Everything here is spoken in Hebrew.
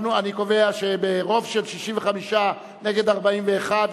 אני קובע שברוב של 65 נגד 41,